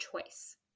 choice